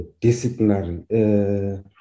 disciplinary